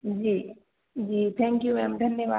जी जी thank you ma'am धन्यवाद